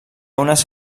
unes